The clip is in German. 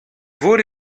wurde